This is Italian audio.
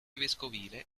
vescovile